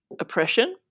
oppression